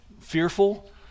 fearful